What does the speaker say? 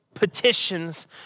petitions